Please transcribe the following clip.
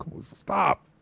Stop